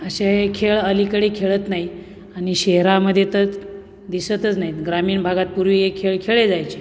असे खेळ अलीकडे खेळत नाही आणि शहरामध्ये तर दिसतच नाहीत ग्रामीण भागात पूर्वी हे खेळ खेळले जायचे